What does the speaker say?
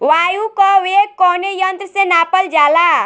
वायु क वेग कवने यंत्र से नापल जाला?